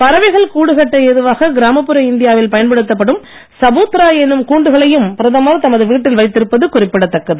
பறவைகள் கூடு கட்ட ஏதுவாக கிராமப்புற இந்தியா வில் பயன்படுத்தப் படும் சபூத்ரா என்னும் கூண்டுகளையும் பிரதமர் தமது வீட்டில் வைத்திருப்பது குறிப்பிடத்தக்கது